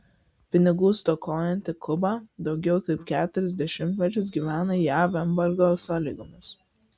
pinigų stokojanti kuba daugiau kaip keturis dešimtmečius gyvena jav embargo sąlygomis